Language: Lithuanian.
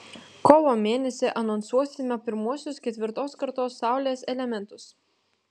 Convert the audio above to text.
kovo mėnesį anonsuosime pirmuosius ketvirtos kartos saulės elementus